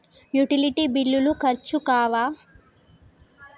Utility బిల్లులు ఖర్చు కావా?